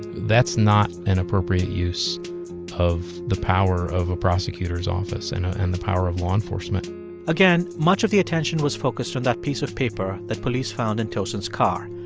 that's not an appropriate use of the power of a prosecutor's office and ah and the power of law enforcement again, much of the attention was focused on that piece of paper that police found in tosin's car.